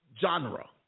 genre